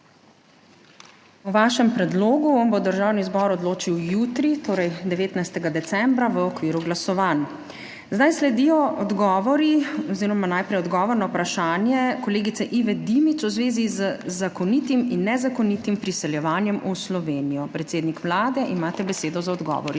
O vašem predlogu bo Državni zbor odločil jutri, torej 19. decembra v okviru glasovanj. Zdaj sledi odgovor na vprašanje kolegice Ive Dimic v zvezi z zakonitim in nezakonitim priseljevanjem v Slovenijo. Predsednik Vlade, imate besedo za odgovor,